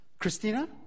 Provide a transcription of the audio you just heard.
Christina